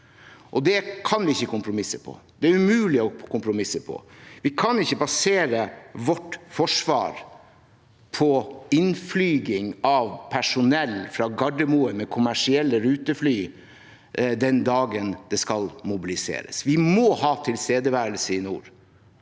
Det kan vi ikke kompromisse på. Det er umulig å kompromisse på. Vi kan ikke basere vårt forsvar på innflyging av personell fra Gardermoen med kommersielle rutefly den dagen det skal mobiliseres. Vi må ha tilstedeværelse i nord,